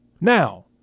Now